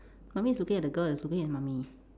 mummy is looking at the girl that's looking at mummy